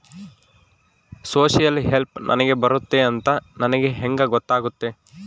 Social help ನನಗೆ ಬರುತ್ತೆ ಅಂತ ನನಗೆ ಹೆಂಗ ಗೊತ್ತಾಗುತ್ತೆ?